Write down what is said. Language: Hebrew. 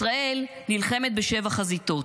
ישראל נלחמת בשבע חזיתות,